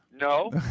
No